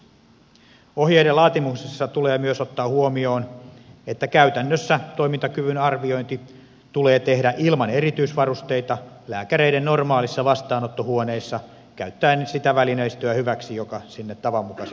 ohjeiden laatimisessa tulee myös ottaa huomioon että käytännössä toimintakyvyn arviointi tulee tehdä ilman erityisvarusteita lääkäreiden normaaleissa vastaanottohuoneissa käyttäen sitä välineistöä hyväksi joka sinne tavanmukaisesti kuuluu